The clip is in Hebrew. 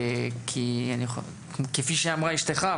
כי כפי שאמרה אשתך,